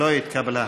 לא התקבלה.